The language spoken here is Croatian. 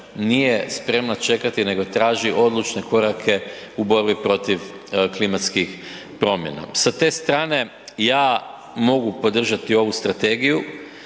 nije spremna čekati nego traži odlučne korake u borbi protiv klimatskih promjena. Sa te strane ja mogu podržati ovu strategiju,